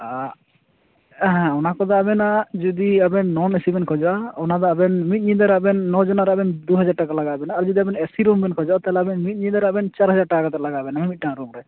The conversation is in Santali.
ᱦᱮᱸ ᱚᱱᱟ ᱠᱚᱫᱚ ᱟᱵᱮᱱᱟᱜ ᱡᱩᱫᱤ ᱟᱵᱮᱱ ᱱᱚᱱ ᱮᱹᱥᱤ ᱵᱮᱱ ᱠᱷᱚᱡᱚᱜᱼᱟ ᱚᱱᱟ ᱫᱚ ᱟᱵᱮᱱ ᱢᱤᱫ ᱧᱤᱫᱟᱹ ᱨᱮ ᱟᱵᱮᱱ ᱱᱚ ᱡᱚᱱᱟ ᱨᱮ ᱟᱵᱮᱱ ᱫᱩ ᱦᱟᱡᱟᱨ ᱴᱟᱠᱟ ᱞᱟᱜᱟᱣ ᱵᱮᱱᱟ ᱟᱨ ᱡᱩᱫᱤ ᱟᱵᱮᱱ ᱮᱹᱥᱤ ᱨᱩᱢ ᱵᱮᱱ ᱠᱷᱚᱡᱚᱜᱼᱟ ᱛᱟᱦᱚᱞᱮ ᱟᱵᱮᱱ ᱢᱤᱫ ᱧᱤᱫᱟᱹ ᱨᱮ ᱟᱵᱮᱱ ᱪᱟᱨ ᱦᱟᱡᱟᱨ ᱴᱟᱠᱟ ᱠᱟᱛᱮᱫ ᱞᱟᱜᱟᱣ ᱵᱮᱱᱟ ᱢᱤᱫ ᱢᱤᱫᱴᱟᱝ ᱨᱩᱢ ᱨᱮ